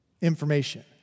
information